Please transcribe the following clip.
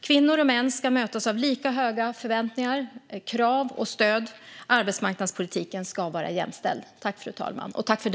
Kvinnor och män ska mötas av lika höga förväntningar och krav och få samma stöd. Arbetsmarknadspolitiken ska vara jämställd.